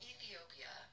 Ethiopia